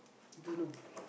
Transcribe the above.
don't know